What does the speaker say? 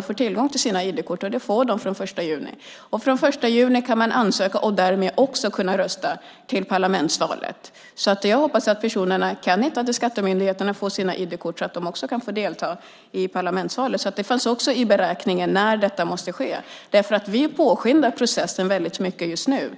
får tillgång till sina ID-kort. Det får de från den 1 juni. Från den 1 juni kan man ansöka och därmed också rösta i parlamentsvalet. Jag hoppas att personerna kan hitta till skattemyndigheten och få sina ID-kort så att de kan få delta i parlamentsvalet. Det fanns också i beräkningen av när detta måste ske. Vi påskyndar processen väldigt mycket just nu.